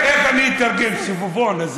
איך אני אתרגם את הסביבון הזה?